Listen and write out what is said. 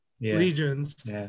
Legions